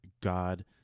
God